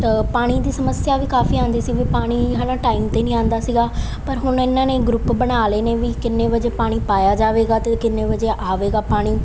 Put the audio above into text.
ਪਾਣੀ ਦੀ ਸਮੱਸਿਆ ਵੀ ਕਾਫੀ ਆਉਂਦੀ ਸੀ ਵੀ ਪਾਣੀ ਹੈ ਨਾ ਟਾਈਮ 'ਤੇ ਨਹੀਂ ਆਉਂਦਾ ਸੀਗਾ ਪਰ ਹੁਣ ਇਹਨਾਂ ਨੇ ਗਰੁੱਪ ਬਣਾ ਲਏ ਨੇ ਵੀ ਕਿੰਨੇ ਵਜੇ ਪਾਣੀ ਪਾਇਆ ਜਾਵੇਗਾ ਅਤੇ ਕਿੰਨੇ ਵਜੇ ਆਵੇਗਾ ਪਾਣੀ